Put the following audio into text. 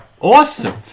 awesome